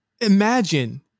imagine